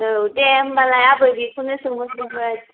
औ दे होनबालाय आबै बेखौनो सोंहरदोंमोन